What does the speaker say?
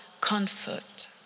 comfort